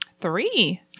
Three